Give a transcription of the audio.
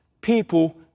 people